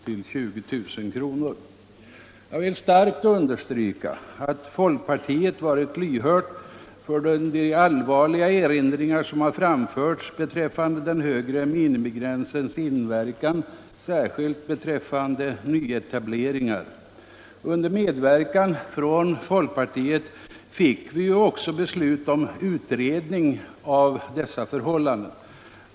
till 20000 kr. Jag vill starkt understryka att folkpartiet varit lyhört för de allvarliga erinringar som framförts beträffande den högre minimigränsens inverkan, särskilt på nyetableringar. Under medverkan från folkpartiet fick vi också ett beslut om en utredning av dessa förhållanden.